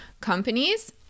companies